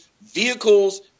vehicles